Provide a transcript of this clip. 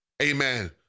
Amen